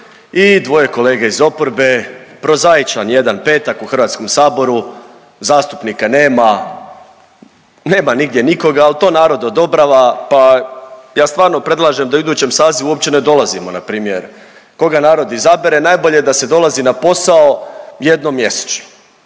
i dvoje kolege iz oporbe. Prozaičan jedan petak u Hrvatskom saboru, zastupnika nema, nema nigdje nikoga al to narod odobrava pa ja stvarno predlažem da u idućem sazivu uopće ne dolazimo. Npr. koga narod izabere najbolje da se dolazi na posao jednom mjesečno